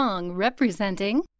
Representing